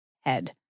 head